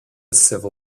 civil